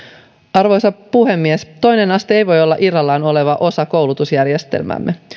arvoisa puhemies toinen aste ei voi olla irrallaan oleva osa koulutusjärjestelmäämme